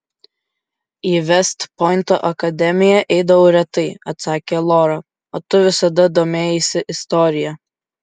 į vest pointo akademiją eidavau retai atsakė lora o tu visada domėjaisi istorija